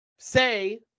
say